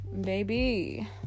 baby